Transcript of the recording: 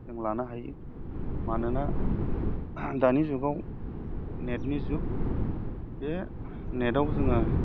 जों लानो हायो मानोना दानि जुगाव नेटनि जुग बे नेटआव जोङो